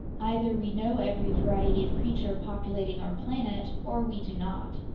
either we know every variety of creature populating our planet, or we do not.